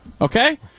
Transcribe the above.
Okay